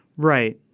right.